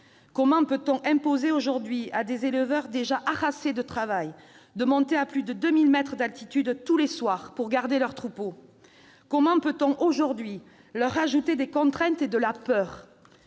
Comment peut-on imposer aujourd'hui à des éleveurs déjà harassés de travail de monter à plus de 2 000 mètres d'altitude tous les soirs pour garder leurs troupeaux ? Comment peut-on aujourd'hui leur rajouter des contraintes et de la peur ?